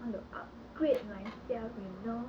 I want to upgrade myself you know